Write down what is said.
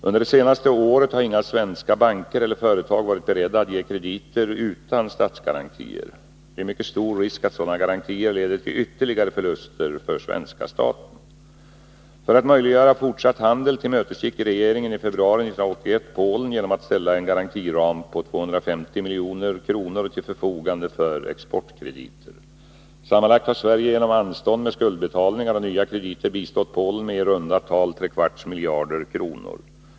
Under det senaste året har inga svenska banker eller företag varit beredda att ge krediter utan statsgarantier. Det är mycket stor risk att sådana garantier leder till ytterligare förluster för svenska staten. För att möjliggöra fortsatt handel tillmötesgick regeringen i februari 1981 Polen genom att ställa en garantiram på 250 milj.kr. till förfogande för exportkrediter. Sammanlagt har Sverige genom anstånd med skuldbetalningar och nya krediter bistått Polen med i runt tal tre kvarts miljard kronor.